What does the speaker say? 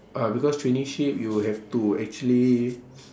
ah because traineeship you will have to actually